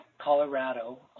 Colorado